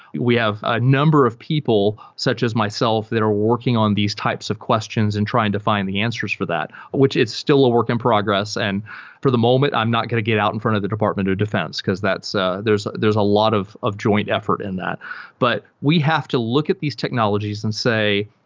we have a number of people such as myself that are working on these types of questions and trying to fi nd the answers for that, which it's still a work in progress. and for the moment, i'm not going to get out in front of the department of defense, because ah there's a lot of of joint effort in that but we have to look at these technologies and say,